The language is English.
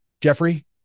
Jeffrey